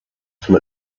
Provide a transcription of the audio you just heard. from